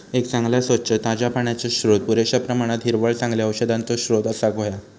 एक चांगला, स्वच्छ, ताज्या पाण्याचो स्त्रोत, पुरेश्या प्रमाणात हिरवळ, चांगल्या औषधांचो स्त्रोत असाक व्हया